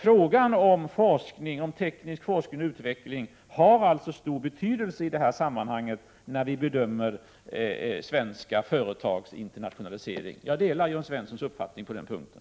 Frågan om teknisk forskning och utveckling har alltså stor betydelse i samband med att vi bedömer internationaliseringen. Jag delar Jörn Svenssons uppfattning på den punkten.